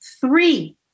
three